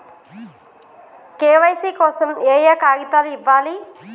KYC కోసం ఏయే కాగితాలు ఇవ్వాలి?